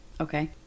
Okay